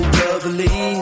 lovely